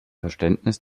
verständnis